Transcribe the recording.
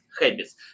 habits